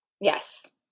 Yes